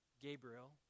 Gabriel